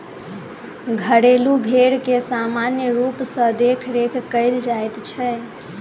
घरेलू भेंड़ के सामान्य रूप सॅ देखरेख कयल जाइत छै